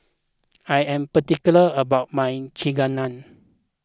I am particular about my Chigenabe